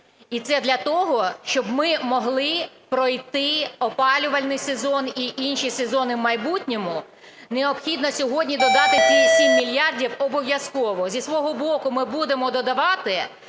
І це для того, щоб ми могли пройти опалювальний сезон і інші сезони в майбутньому, необхідно сьогодні додати ті 7 мільярдів обов'язково. Зі свого боку, ми будемо додавати